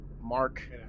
mark